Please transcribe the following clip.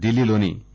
ఢిల్లీలోని ఎ